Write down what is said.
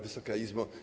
Wysoka Izbo!